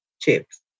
chips